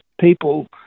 people